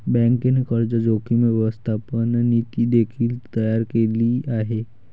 बँकेने कर्ज जोखीम व्यवस्थापन नीती देखील तयार केले आहे